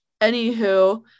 Anywho